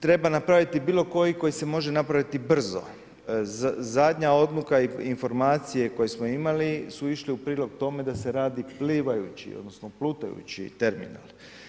Treba napraviti bilo koji koji se može napraviti brzo, zadnja odluka i informacije koje smo imali su išli u prilog tome da se radi plivajući odnosno plutajući terminal.